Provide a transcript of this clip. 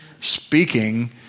Speaking